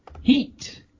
Heat